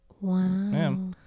wow